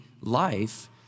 life